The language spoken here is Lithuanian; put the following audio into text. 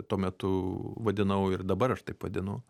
tuo metu vadinau ir dabar aš taip vadinu